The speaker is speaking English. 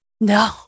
No